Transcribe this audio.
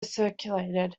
circulated